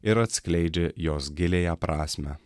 ir atskleidžia jos giliąją prasmę